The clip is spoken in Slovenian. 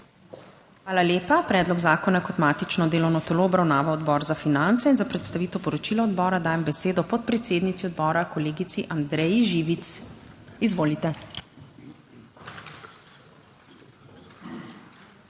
Hvala lepa. Predlog zakona je kot matično delovno telo obravnaval Odbor za finance in za predstavitev poročila odbora dajem besedo podpredsednici odbora, kolegici Andreji Živic. Izvolite.